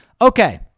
Okay